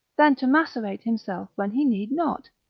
than to macerate himself when he need not?